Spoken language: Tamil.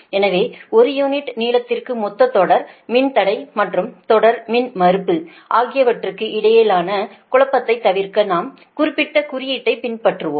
எனவே ஒரு யூனிட் நீளத்திற்கு மொத்த தொடர் மின்தடை மற்றும் தொடர் மின்மறுப்பு ஆகியவற்றுக்கு இடையேயான குழப்பத்தைத் தவிர்க்க நாம் குறிப்பிட்ட குறியீட்டை பின்பற்றுவோம்